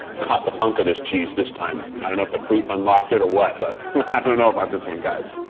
cut the funk of this cheese this time. i don't know if the fruit unlocked it or what, but i don't know about this one, guys.